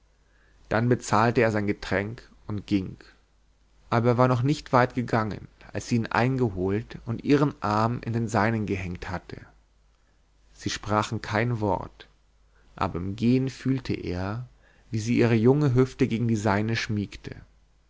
dann bezahlte er sein getränk und ging aber er war noch nicht weit gegangen als sie ihn eingeholt und ihren arm in den seinen gehängt hatte sie sprachen kein wort aber im gehen fühlte er wie sie ihre junge hüfte gegen die seine schmiegte